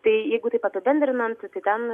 tai jeigu taip apibendrinant tai ten